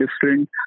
different